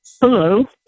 Hello